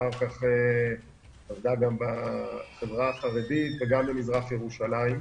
ואחר כך עבדה גם בחברה החרדית וגם במזרח ירושלים.